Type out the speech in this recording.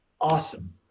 Awesome